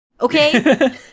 okay